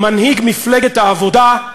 מנהיג מפלגת העבודה,